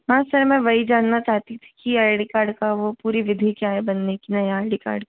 हाँ सर में वही जानना चाहती थी कि आइ डी कार्ड का वो पूरी विधि क्या है बनने की नया आई डी कार्ड